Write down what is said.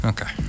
Okay